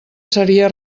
seria